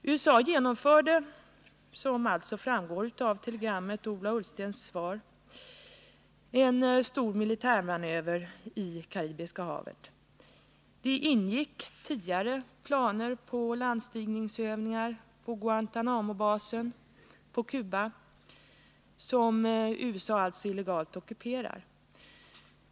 USA genomförde, såsom framgår av telegrammet och av Ola Ullstens svar, en stor militärmanöver i Karibiska havet. Det ingick tidigare i denna planer på landstigningsövningar på Guantanamobasen på Cuba, som USA alltså illegalt ockuperar.